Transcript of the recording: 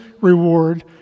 reward